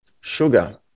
sugar